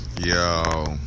Yo